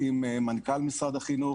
עם מנכ"ל משרד החינוך.